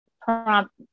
prompt